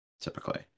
typically